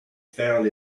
found